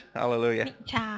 hallelujah